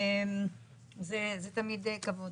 זה תמיד כבוד.